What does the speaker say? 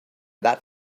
that